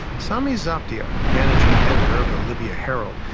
sami zaptia, managing editor of the libya herald,